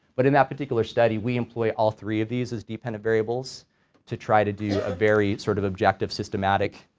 but in that particular study we employ all three of these as dependent variables to try to do a very sort of objective systematic